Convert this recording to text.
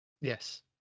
Yes